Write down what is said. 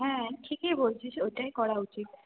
হ্যাঁ ঠিকই বলছিস ওটাই করা উচিত